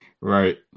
Right